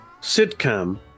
sitcom